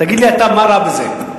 תגיד לי אתה מה רע בזה.